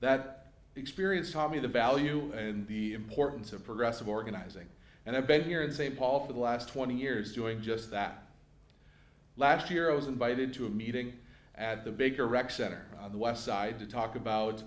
that experience taught me the value and the importance of progressive organizing and i've been here in st paul for the last twenty years doing just that last year i was invited to a meeting at the bigger rec center on the west side to talk about